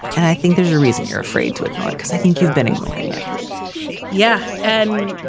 and i think there's a reason you're afraid to ignore it, because i think you've been ignoring it yeah. and,